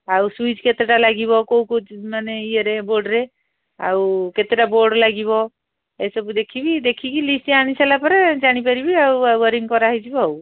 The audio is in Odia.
ଆଉ ସୁଇଚ୍ କେତେଟା ଲାଗିବ କେଉଁ କେଉଁ ମାନେ ଇଏରେ ବୋର୍ଡ଼୍ରେ ଆଉ କେତେଟା ବୋର୍ଡ଼୍ ଲାଗିବ ଏସବୁ ଦେଖିବି ଦେଖିକି ଲିଷ୍ଟ୍ ଆଣି ସାରିଲା ପରେ ଜାଣିପାରିବି ଆଉ ଆଉ ଓୟାରିଂ କରାହେଇଯିବ ଆଉ